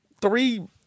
three